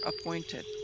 appointed